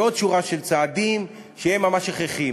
ועוד שורה של צעדים שהם ממש הכרחיים.